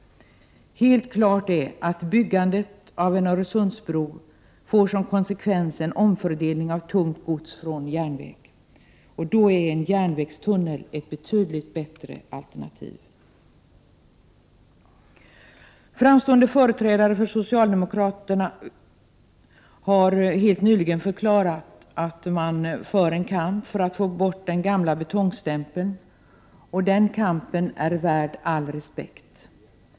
Helt klart är att byggandet av en Öresundsbro får som konsekvens en omfördelning av tungt gods från järnvägen. Då är en järnvägstunnel ett betydligt bättre alternativ. Framstående företrädare för socialdemokraterna har helt nyligen förklarat att man för en kamp för att få bort den gamla betongstämpeln. Den kampen är värd all respekt.